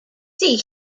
see